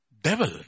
devil